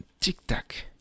tic-tac